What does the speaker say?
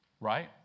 Right